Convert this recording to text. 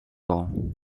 all